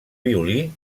violí